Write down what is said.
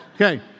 Okay